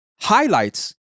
highlights